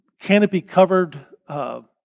canopy-covered